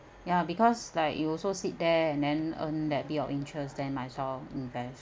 ya because like it also sit there and then earn that bit of interest then might well invest